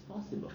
possible